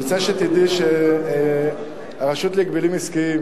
אני רוצה שתדעי שהרשות להגבלים עסקיים